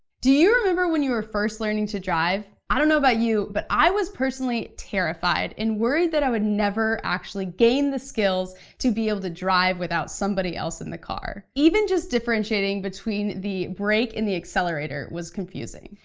do you remember when you were first learning to drive? i don't know about you, but i was personally terrified, and worried that i would never actually gain the skills to be able to drive without somebody else in the car. even just differentiating between the brake and the accelerator was confusing.